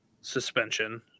suspension